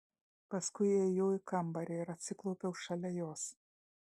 paskui įėjau į kambarį ir atsiklaupiau šalia jos